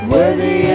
Worthy